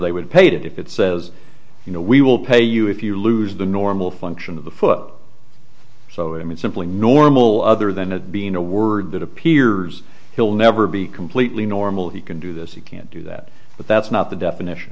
they would pay it if it says you know we will pay you if you lose the normal function of the foot so i mean simply normal other than it being a word that appears he'll never be completely normal he can do this he can't do that but that's not the definition